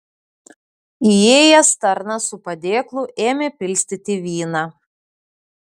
įėjęs tarnas su padėklu ėmė pilstyti vyną